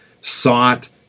sought